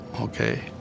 Okay